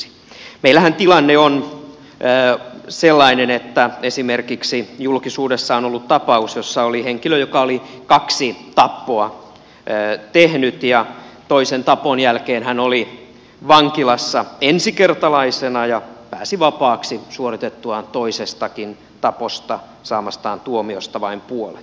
meillähän tilanne on sellainen että esimerkiksi julkisuudessa on ollut tapaus jossa oli henkilö joka oli kaksi tappoa tehnyt ja toisen tapon jälkeen hän oli vankilassa ensikertalaisena ja pääsi vapaaksi suoritettuaan toisestakin taposta saamastaan tuomiosta vain puolet